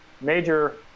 major